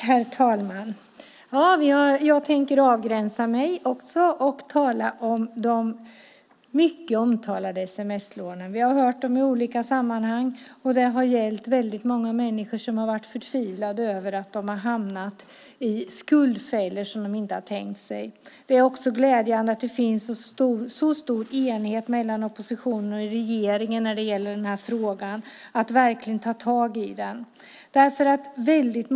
Herr talman! Jag tänker avgränsa mig till att tala om de mycket omtalade sms-lånen. Vi har hört om dem i olika sammanhang. Det har gällt många människor som varit förtvivlade över att de hamnat i skuldfällor som de inte tänkt sig. Det är glädjande att det finns stor enighet mellan oppositionen och regeringen om att verkligen ta tag i denna fråga.